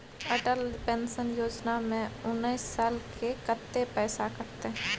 Atal pension Yojana में उनैस साल के कत्ते पैसा कटते?